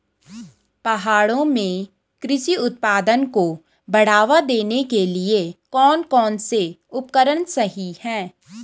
पहाड़ों में कृषि उत्पादन को बढ़ावा देने के लिए कौन कौन से उपकरण सही हैं?